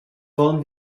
wollen